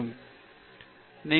இதற்கு அறிவு தேவை